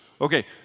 Okay